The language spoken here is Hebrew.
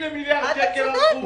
הנה מיליארד שקל עברו.